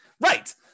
Right